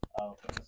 Okay